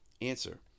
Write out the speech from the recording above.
Answer